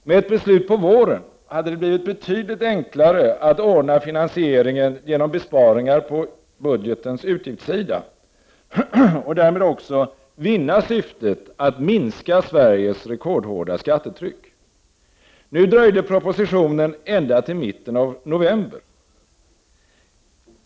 Med ett beslut på våren hade det blivit betydligt enklare att ordna finansieringen genom besparingar på budgetens utgiftssida och därmed också vinna syftet att minska Sveriges rekordhårda skattetryck. Nu dröjde propositionen ända till mitten av november.